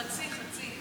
חצי?